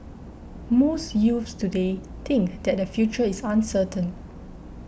most youths today think that the future is uncertain